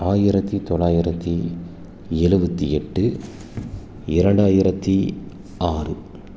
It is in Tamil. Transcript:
ஆயிரத்தி தொள்ளாயிரத்தி எழுபத்தி எட்டு இரண்டாயிரத்தி ஆறு